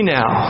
now